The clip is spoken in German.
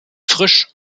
frisch